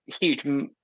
huge